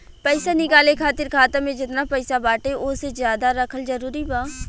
पईसा निकाले खातिर खाता मे जेतना पईसा बाटे ओसे ज्यादा रखल जरूरी बा?